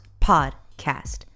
podcast